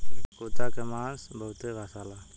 कुता के मांस बहुते बासाला